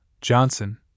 Johnson